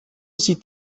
sieht